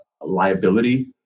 liability